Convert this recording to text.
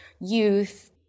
youth